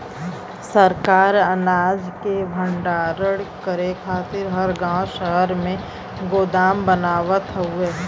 सरकार अनाज के भण्डारण करे खातिर हर गांव शहर में गोदाम बनावत हउवे